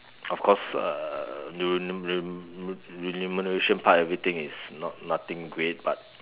of course uh rem~ rem~ remuneration part everything is not nothing great but